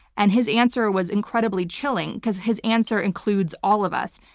and his answer was incredibly chilling because his answer includes all of us.